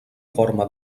forma